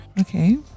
Okay